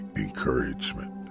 encouragement